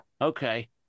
okay